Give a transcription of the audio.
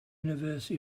universe